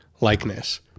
likeness